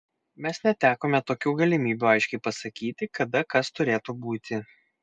mes netekome tokių galimybių aiškiai pasakyti kada kas turėtų būti